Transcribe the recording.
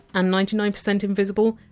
and ninety nine percent invisible,